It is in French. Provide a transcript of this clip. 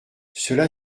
cela